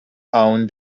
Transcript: own